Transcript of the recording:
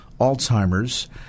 Alzheimer's